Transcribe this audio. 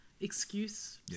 excuse